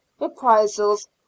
reprisals